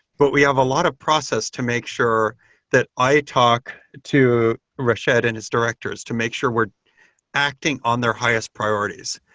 but we have a lot of process to make sure that i talk to rashed and his directors to make sure we're acting on their highest priorities.